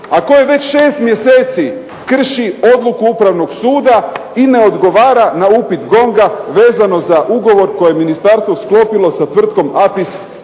koje već šest mjeseci krši odluku Upravnog suda i ne odgovara na upit GONG-a vezano za ugovor koje je ministarstvo sklopilo sa tvrtkom APIS IT